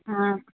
ஆ